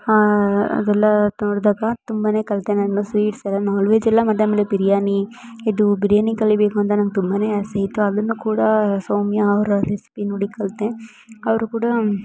ಅದೆಲ್ಲ ನೋಡಿದಾಗ ತುಂಬ ಕಲಿತೆ ನಾನು ಸ್ವೀಟ್ಸ್ ಎಲ್ಲ ನಾಲ್ ವೆಜ್ಜೆಲ್ಲ ಮತ್ತು ಆಮೇಲೆ ಬಿರ್ಯಾನಿ ಇದು ಬಿರ್ಯಾನಿ ಕಲೀಬೇಕು ಅಂತ ನಂಗೆ ತುಂಬ ಆಸೆ ಇತ್ತು ಅದನ್ನು ಕೂಡ ಸೌಮ್ಯ ಅವರ ರೆಸಿಪಿ ನೋಡಿ ಕಲಿತೆ ಅವರು ಕೂಡ